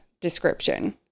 description